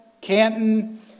Canton